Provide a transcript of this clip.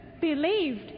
believed